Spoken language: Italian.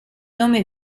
nome